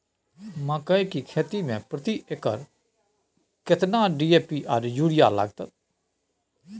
मकई की खेती में प्रति एकर केतना डी.ए.पी आर यूरिया लागत?